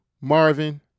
Marvin